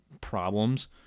problems